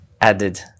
added